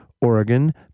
Oregon